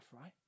right